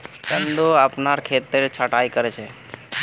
चंदू अपनार खेतेर छटायी कर छ